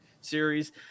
series